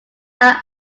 are